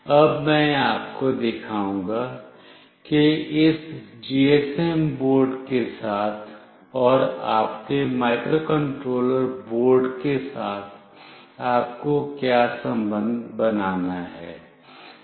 अब मैं आपको दिखाऊंगा कि इस जीएसएम बोर्ड के साथ और आपके माइक्रोकंट्रोलर बोर्ड के साथ आपको क्या संबंध बनाना है